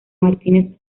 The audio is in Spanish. martínez